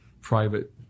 private